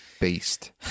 Beast